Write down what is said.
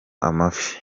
amafi